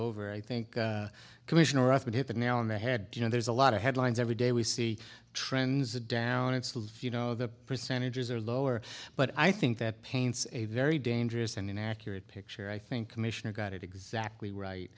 over i think commissioner often hit the nail on the head john there's a lot of headlines every day we see trends a down insoles you know the percentages are lower but i think that paints a very dangerous and inaccurate picture i think commissioner got it exactly right